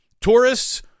Tourists